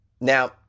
now